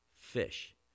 fish